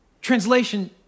Translation